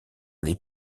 les